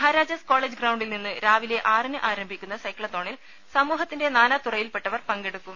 Maharajas college ഗ്രൌണ്ടിൽ നിന്ന് രാവിലെ ആറിന് ആരംഭിക്കുന്ന സൈക്ലത്തോണിൽ സമൂഹത്തിന്റെ നാനാതുറയിൽപെട്ടവർ പങ്കെടുക്കും